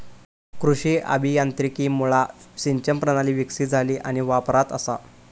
कृषी अभियांत्रिकीमुळा सिंचन प्रणाली विकसीत झाली आणि वापरात असा